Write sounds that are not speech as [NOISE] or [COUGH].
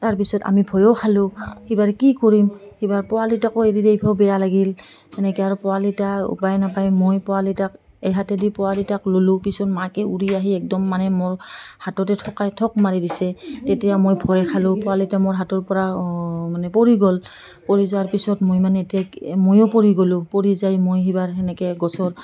তাৰ পিছত আমি ভয়ো খালোঁ [UNINTELLIGIBLE] কি কৰিম কিবা পোৱালিটোকো এৰি দিবও বেয়া লাগিল এনেকৈ আৰু পোৱালিটো উপাই নাপায় মই পোৱালিটোক এহাতেদি পোৱালিটোক ল'লোঁ পিছত মাকে উৰি আহি একদম মানে মোৰ হাততে থকাই থাপ মাৰি দিছে তেতিয়া মই ভয়ে খালোঁ পোৱালিটো মোৰ হাতৰপৰা মানে পৰি গ'ল পৰি যোৱাৰ পিছত মই মানে এতিয়া ময়ো পৰি গ'লোঁ পৰি যায় মই সেইবাৰ সেনেকৈ গছৰ